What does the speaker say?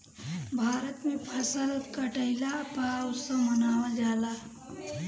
भारत में फसल कटईला पअ उत्सव मनावल जाला